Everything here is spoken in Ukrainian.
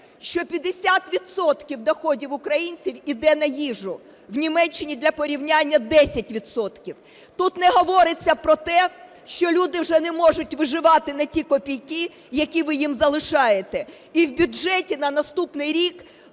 доходів українців іде на їжу, в Німеччині, для порівняння, 10 відсотків. Тут не говориться по те, що люди вже не можуть виживати на ті копійки, які ви їм залишаєте. І в бюджеті на наступний рік